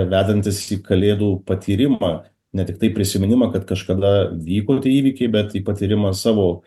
vedantis į kalėdų patyrimą ne tiktai prisiminimą kad kažkada vyko tie įvykiai bet į patyrimą savo